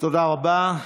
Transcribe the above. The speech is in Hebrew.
תודה רבה.